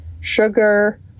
sugar